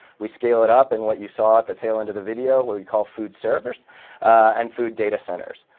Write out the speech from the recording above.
we scale it up and what you saw at the tail end of the video what we call food servers and food data centers.